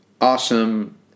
awesome